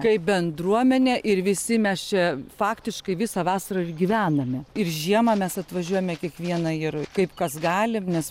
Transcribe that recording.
kaip bendruomenė ir visi mes čia faktiškai visą vasarą ir gyvenome ir žiemą mes atvažiuojame kiekvieną ir kaip kas gali nes